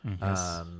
Yes